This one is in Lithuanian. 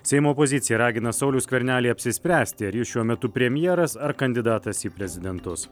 seimo opozicija ragina saulių skvernelį apsispręsti ar jis šiuo metu premjeras ar kandidatas į prezidentus